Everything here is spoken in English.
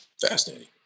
fascinating